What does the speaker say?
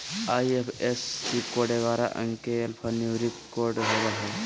IFSC code ग्यारह अंक के एल्फान्यूमेरिक कोड होवो हय